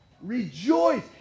Rejoice